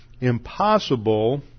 impossible